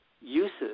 uses